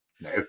No